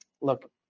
Look